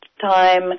time